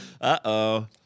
Uh-oh